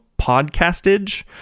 podcastage